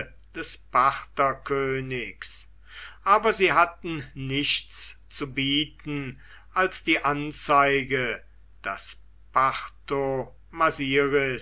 des partherkönigs aber sie hatten nichts zu bieten als die anzeige daß